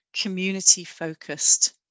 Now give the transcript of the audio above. community-focused